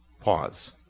pause